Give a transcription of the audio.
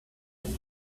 had